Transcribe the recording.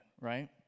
right